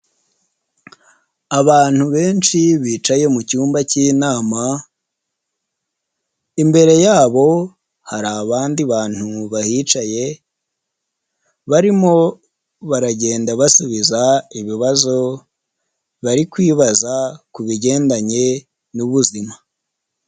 Abantu benshi bicaye mucyumba cy'inama, imbere yabo hari abandi bantu bahicaye barimo baragenda basubiza ibibazo bari kwibaza ku bigendanye n'ubuzima.